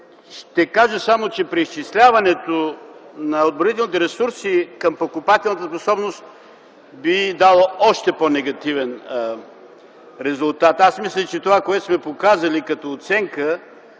Ще кажа само, че преизчисляването на отбранителните ресурси към покупателната способност, би дало още по-негативен резултат. Аз мисля, че това, което сме показали като оценка,